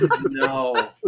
no